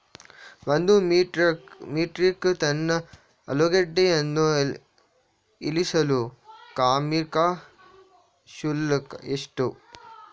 ಒಂದು metric ton ಆಲೂಗೆಡ್ಡೆಯನ್ನು ಇಳಿಸಲು ಕಾರ್ಮಿಕ ಶುಲ್ಕ ಎಷ್ಟು?